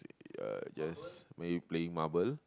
uh yes maybe playing marble